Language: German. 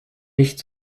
nicht